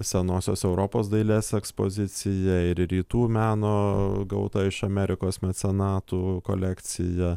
senosios europos dailės ekspozicija ir rytų meno gauta iš amerikos mecenatų kolekcija